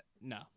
No